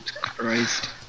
Christ